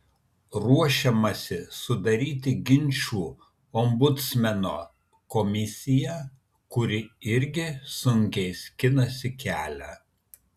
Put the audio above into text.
ruošiamasi sudaryti ginčų ombudsmeno komisiją kuri irgi sunkiai skinasi kelią